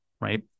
right